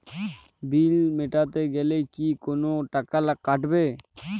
বিল মেটাতে গেলে কি কোনো টাকা কাটাবে?